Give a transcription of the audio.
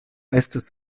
estas